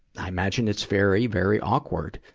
i imagine it's very, very awkward.